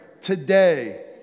Today